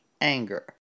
anger